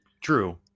true